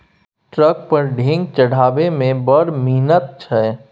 truck पर ढेंग चढ़ेबामे बड़ मिहनत छै